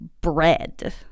bread